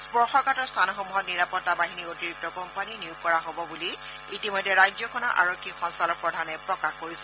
স্পৰ্শকাতৰ স্থানসমূহত নিৰাপত্তা বাহিনীৰ অতিৰিক্ত কোম্পানী নিয়োগ কৰা হব বুলি ইতিমধ্যে ৰাজ্যখনৰ আৰক্ষী সঞ্চালক প্ৰধানে প্ৰকাশ কৰিছে